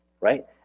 right